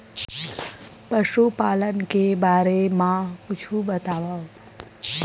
पशुपालन के बारे मा कुछु बतावव?